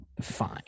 fine